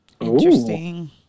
Interesting